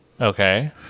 Okay